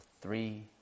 three